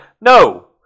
No